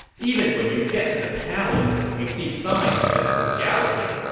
even when you get to the palace, you see signs of this frugality.